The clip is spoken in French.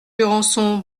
jurançon